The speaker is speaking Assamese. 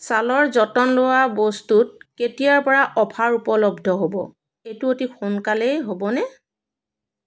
ছালৰ যতন লোৱা বস্তুত কেতিয়াৰপৰা অফাৰ উপলব্ধ হ'ব এইটো অতি সোনকালেই হ'বনে